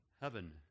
heaven